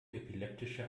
epileptische